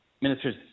ministers